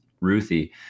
Ruthie